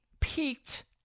peaked